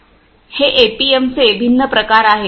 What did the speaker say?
हे एपीएमचे भिन्न प्रकार आहेत